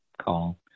call